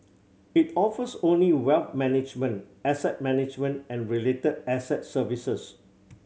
it offers only wealth management asset management and related asset services